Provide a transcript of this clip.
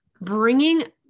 bringing